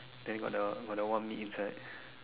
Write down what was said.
then got the got the one meat inside